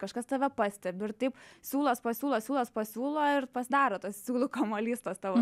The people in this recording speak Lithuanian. kažkas tave pastebi ir taip siūlas po siūlo siūlas po siūlo ir pasidaro tas siūlų kamuolys tos tavo